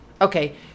okay